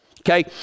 okay